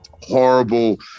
horrible